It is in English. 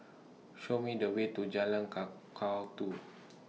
Show Me The Way to Jalan Kakatua